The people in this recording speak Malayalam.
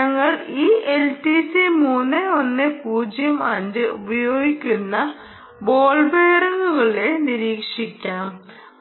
ഞങ്ങൾ ഈ എൽടിസി 3105 ഉപയോഗിക്കുന്ന ബോൾ ബെയറിംഗുകളെ നിരീക്ഷിക്കാം